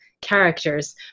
characters